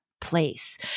place